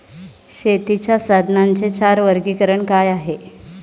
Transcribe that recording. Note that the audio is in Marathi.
शेतीच्या साधनांचे चार वर्गीकरण काय आहे?